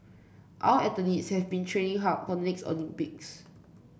our athletes have been training hard for the next Olympics